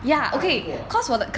比较难过 ah